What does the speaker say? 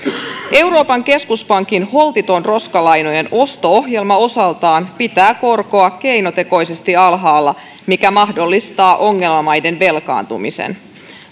euroopan keskuspankin holtiton roskalainojen osto ohjelma osaltaan pitää korkoa keinotekoisesti alhaalla mikä mahdollistaa ongelmamaiden velkaantumisen